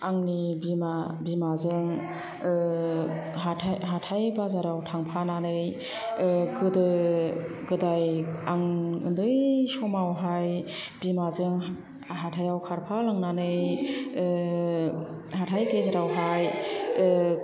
आंनि बिमा बिमाजों हाथाय हाथाय बाजाराव थांफानानै गोदो गोदाय आं उन्दै समावहाय बिमाजों हाथायाव खारफालांनानै हाथाय गेजेरावहाय